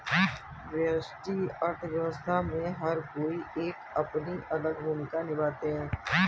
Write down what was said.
व्यष्टि अर्थशास्त्र में हर कोई एक अपनी अलग भूमिका निभाता है